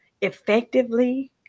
effectively